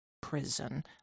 prison